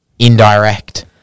indirect